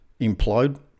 implode